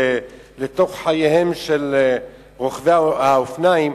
לתוך חייהם של רוכבי האופניים,